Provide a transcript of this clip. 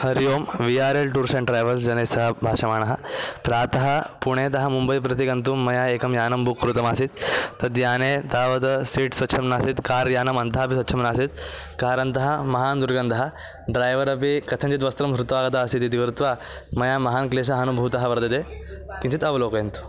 Hari Om V R L tours and travels जनैः सह भाषमाणः प्रातः पुणेतः मुम्बै प्रति गन्तुं मया एकं यानं बुक् कृतमासीत् तद्याने तावत् सीट् स्वच्छं नासीत् कार् यानम् अन्तः अपि स्वच्छं नासीत् कार् अन्तः महान् दुर्गन्धः ड्रैवर् अपि कथञ्चित् वस्त्रं धृत्वा आगतः आसीत् इति कृत्वा मया महान् क्लेशः अनुभूतः वर्तते किञ्चित् अवलोकयन्तु